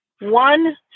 one